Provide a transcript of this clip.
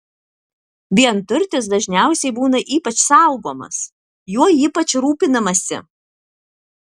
vienturtis dažniausiai būna ypač saugomas juo ypač rūpinamasi